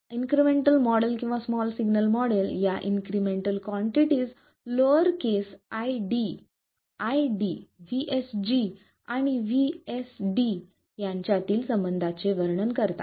incremental model किंवा small signal model या incremental quantities lower case ID V SG and V SD यांच्यातील संबंधांचे वर्णन करतात